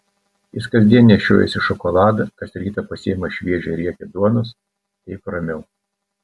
jis kasdien nešiojasi šokoladą kas rytą pasiima šviežią riekę duonos taip ramiau